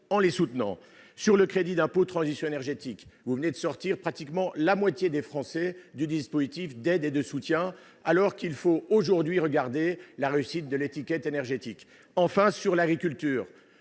En ce qui concerne le crédit d'impôt de transition énergétique, vous venez de sortir pratiquement la moitié des Français du dispositif d'aide et de soutien, alors qu'il faut aujourd'hui examiner la réussite de l'étiquette énergétique. Nos paysans